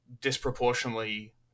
disproportionately